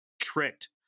tricked